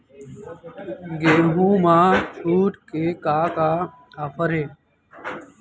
गेहूँ मा छूट के का का ऑफ़र हे?